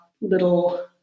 little